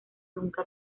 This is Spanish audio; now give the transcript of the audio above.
nunca